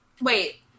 Wait